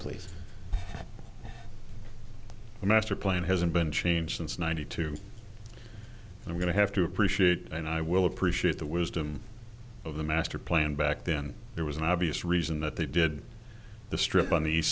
the master plan hasn't been changed since ninety two and i'm going to have to appreciate and i will appreciate the wisdom of the master plan back then there was an obvious reason that they did the strip on the east